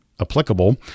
applicable